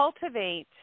cultivate